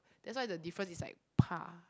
that's why the difference is like